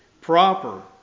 proper